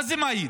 מה זה מעיד?